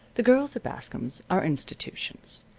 the girls at bascom's are institutions.